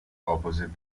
opposite